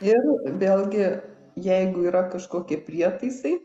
ir vėlgi jeigu yra kažkokie prietaisai